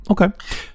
Okay